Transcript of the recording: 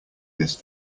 this